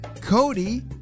Cody